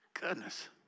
goodness